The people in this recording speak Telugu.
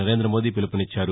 నరేం్రద మోదీ పిలుపునిచ్చారు